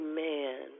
Amen